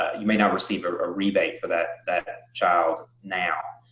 you may not receive a ah rebate for that that ah child now.